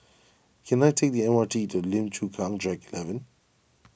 can I take the M R T to Lim Chu Kang Track eleven